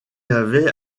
avait